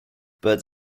birds